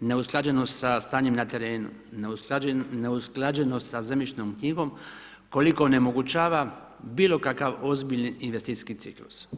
neusklađenost sa stanjem na terenu, neusklađenost sa zemljišnom knjigom koliko onemogućava bilokakav ozbiljni investicijski ciklus.